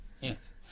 Yes